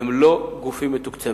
והם לא גופים מתוקצבים.